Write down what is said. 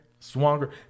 Swanger